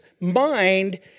mind